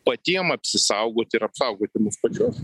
patiem apsisaugoti ir apsaugoti mus pačius